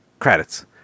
credits